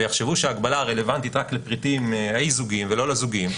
ויחשבו שההגבלה רלוונטית רק לפריטים האי-זוגיים ולא לזוגיים,